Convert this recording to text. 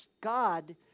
God